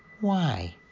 Why